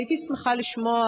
הייתי שמחה לשמוע,